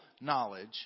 knowledge